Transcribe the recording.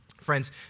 Friends